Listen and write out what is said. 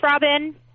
Robin